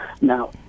Now